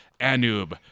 Anub